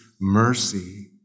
mercy